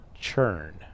churn